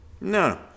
No